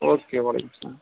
او کے وعلیکُم اسلام